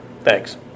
Thanks